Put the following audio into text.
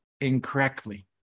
incorrectly